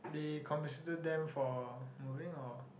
they compensated them for moving or